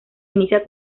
inicia